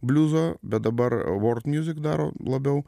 bliuzo bet dabar word music daro labiau